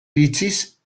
iritziz